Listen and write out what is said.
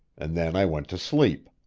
and then i went to sleep.